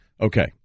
Okay